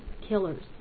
killers